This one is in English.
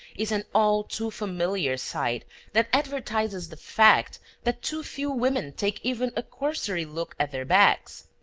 is an all too familiar sight that advertises the fact that too few women take even a cursory look at their backs.